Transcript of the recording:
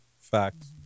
Facts